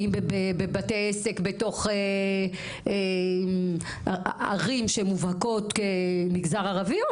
האם בבתי עסק, האם בתוך ערים שמובהקות כמגזר ערבי.